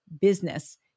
business